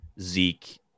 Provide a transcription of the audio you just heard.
Zeke